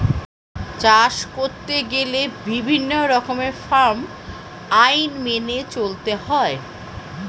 চাষ করতে গেলে বিভিন্ন রকমের ফার্ম আইন মেনে চলতে হয়